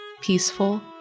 peaceful